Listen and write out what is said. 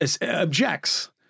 objects